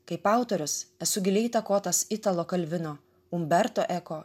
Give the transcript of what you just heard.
kaip autorius esu giliai įtakotas italo kalvino umberto eko